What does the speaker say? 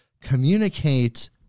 communicate